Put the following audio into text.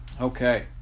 Okay